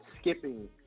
skipping